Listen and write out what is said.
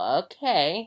okay